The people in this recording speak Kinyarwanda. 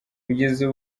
kugeza